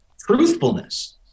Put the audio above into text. truthfulness